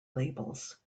labels